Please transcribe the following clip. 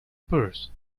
purse